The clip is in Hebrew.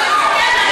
כן.